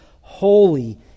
holy